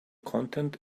content